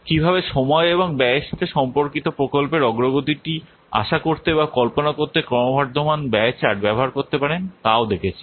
কীভাবে সময় এবং ব্যয়ের সাথে সম্পর্কিত প্রকল্পের অগ্রগতিটি আশা করতে বা কল্পনা করতে ক্রমবর্ধমান ব্যয় চার্ট ব্যবহার করতে পারেন তাও দেখেছি